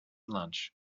lunch